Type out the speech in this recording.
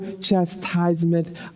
chastisement